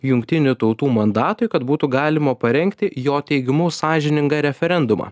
jungtinių tautų mandatui kad būtų galima parengti jo teigimu sąžiningą referendumą